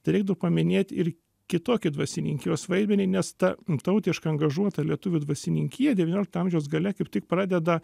tai reiktų paminėt ir kitokį dvasininkijos vaidmenį nes ta tautiška angažuota lietuvių dvasininkija devyniolikto amžiaus gale kaip tik pradeda